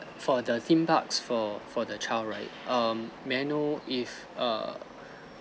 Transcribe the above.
for the theme parks for for the child right um may I know if err